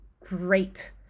Great